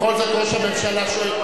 בכל זאת ראש הממשלה שואל,